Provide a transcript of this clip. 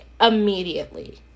immediately